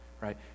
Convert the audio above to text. right